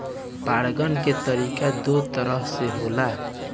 परागण के तरिका दू तरह से होला